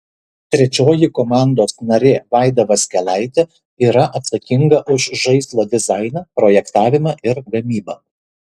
trečioji komandos narė vaida vaskelaitė yra atsakinga už žaislo dizainą projektavimą ir gamybą